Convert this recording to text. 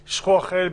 והוא יצא כדי חובה.